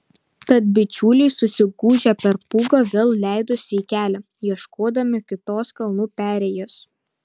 tad bičiuliai susigūžę per pūgą vėl leidosi į kelią ieškodami kitos kalnų perėjos